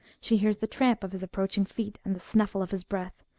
she hears the tramp of his approaching feet, and the snuflse of his breath.